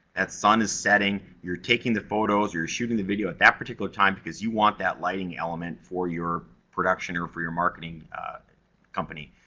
sun is setting, you're taking the photos, you're shooting the video at that particular time, because you want that lighting element for your production or for your marketing company.